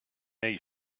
they